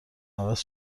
عوض